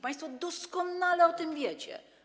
Państwo doskonale o tym wiecie.